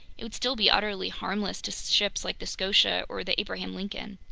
it would still be utterly harmless to ships like the scotia or the abraham lincoln.